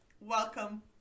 welcome